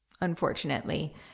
unfortunately